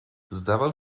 zdawał